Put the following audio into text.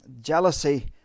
Jealousy